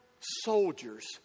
soldiers